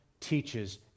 teaches